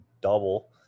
double